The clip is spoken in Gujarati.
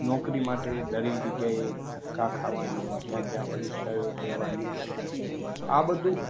નોકરી માટે દરેક જગ્યાએ ધક્કા ખાવાના જ્યાં ત્યાં પરીક્ષાઓ દેવાની આ બધું